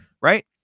Right